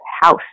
house